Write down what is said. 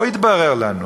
פה התברר לנו